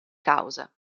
causa